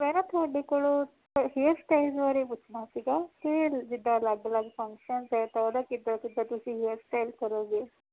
ਮੈਂ ਨਾ ਤੁਹਾਡੇ ਕੋਲੋਂ ਹੇਅਰ ਸਟਾਈਲਜ਼ ਬਾਰੇ ਪੁੱਛਣਾ ਸੀਗਾ ਕਿ ਜਿੱਦਾਂ ਅਲੱਗ ਅਲੱਗ ਫੰਕਸ਼ਨਜ਼ ਹੈ ਤਾਂ ਉਹਦਾ ਕਿੱਦਾਂ ਕਿੱਦਾਂ ਤੁਸੀਂ ਹੇਅਰ ਸਟਾਈਲ ਕਰੋਂਗੇ